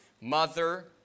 mother